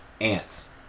ants